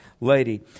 Lady